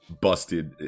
busted